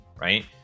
right